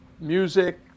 music